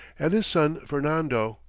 and his son fernando,